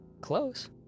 Close